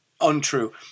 untrue